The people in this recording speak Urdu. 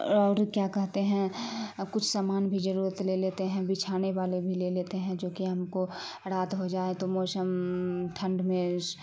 اور کیا کہتے ہیں کچھ سامان بھی ضرورت لے لیتے ہیں بچھانے والے بھی لے لیتے ہیں جوکہ ہم کو رات ہو جائے تو موسم ٹھنڈ میں